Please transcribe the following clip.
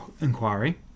inquiry